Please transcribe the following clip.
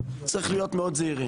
צריך להיות מאוד זהירים.